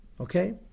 Okay